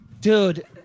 Dude